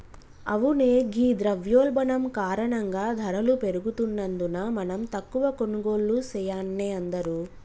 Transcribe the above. అవునే ఘీ ద్రవయోల్బణం కారణంగా ధరలు పెరుగుతున్నందున మనం తక్కువ కొనుగోళ్లు సెయాన్నే అందరూ